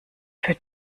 für